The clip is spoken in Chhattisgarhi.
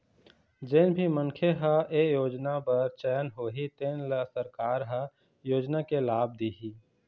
जेन भी मनखे ह ए योजना बर चयन होही तेन ल सरकार ह योजना के लाभ दिहि